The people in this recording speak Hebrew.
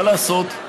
מה לעשות?